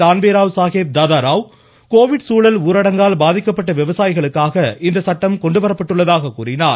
Danve Rao Saheb Dada Rao Covid சூழல் ஊரடங்கால் பாதிக்கப்பட்ட விவசாயிகளுக்காக இந்த சட்டம் கொண்டுவரப்பட்டுள்ளதாக கூறினார்